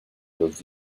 los